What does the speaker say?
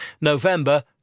November